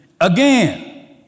Again